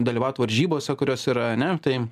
dalyvaut varžybose kurios yra ane tai